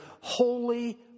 Holy